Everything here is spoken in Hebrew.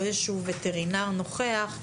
יש וטרינר נוכח,